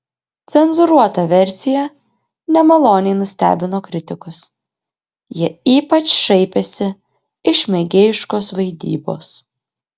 cenzūruota versija nemaloniai nustebino kritikus jie ypač šaipėsi iš mėgėjiškos vaidybos